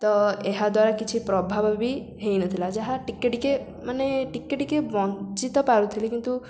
ତ ଏହା ଦ୍ୱାରା କିଛି ପ୍ରଭାବ ବି ହେଇନଥିଲା ଯାହା ଟିକେ ଟିକେ ମାନେ ଟିକେ ଟିକେ ବଞ୍ଚି ତ ପାରୁଥିଲେ କିନ୍ତୁ